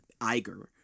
Iger